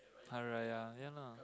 Hari Raya ya lah